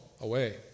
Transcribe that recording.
away